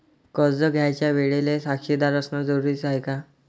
कर्ज घ्यायच्या वेळेले साक्षीदार असनं जरुरीच हाय का?